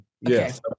yes